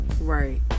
Right